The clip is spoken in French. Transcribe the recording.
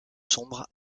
sombre